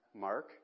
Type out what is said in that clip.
Mark